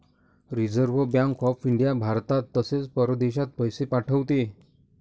reserve bank of India भारतात तसेच परदेशात पैसे पाठवते